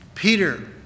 Peter